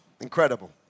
Incredible